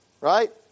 Right